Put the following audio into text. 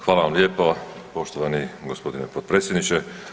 Hvala vam lijepo poštovani gospodine potpredsjedniče.